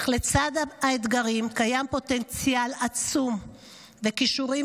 אך לצד האתגרים קיימים פוטנציאל עצום וכישורים